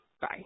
Bye